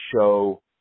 show